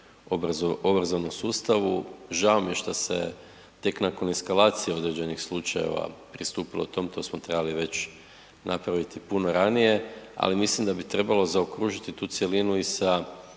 obrazovnom sustavu. Žao mi je što se tek nakon eskalacije određenih slučajeva pristupilo tom, to smo trebali već napraviti puno ranije, ali mislim da bi trebalo zaokružiti tu cjelinu i sa